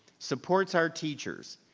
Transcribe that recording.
supports our teachers,